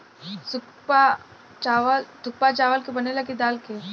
थुक्पा चावल के बनेला की दाल के?